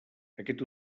aquest